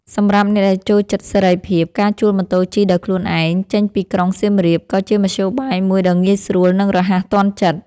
សម្រាប់អ្នកដែលចូលចិត្តសេរីភាព ការជួលម៉ូតូជិះដោយខ្លួនឯងចេញពីក្រុងសៀមរាប ក៏ជាមធ្យោបាយមួយដ៏ងាយស្រួល និងរហ័សទាន់ចិត្ត។